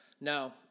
No